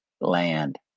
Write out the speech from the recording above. land